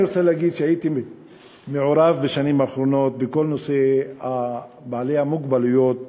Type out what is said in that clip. אני רוצה להגיד שהייתי מעורב בשנים האחרונות בכל נושא בעלי המוגבלויות